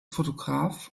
fotograf